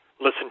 Listen